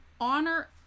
honor